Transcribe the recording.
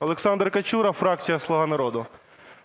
Олександр Качура, фракція "Слуга народу".